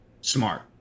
smart